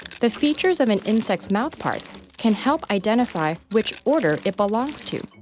the features of an insect's mouthparts can help identify which order it belongs to,